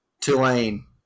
Tulane